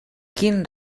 quin